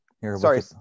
sorry